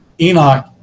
Enoch